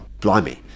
blimey